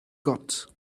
got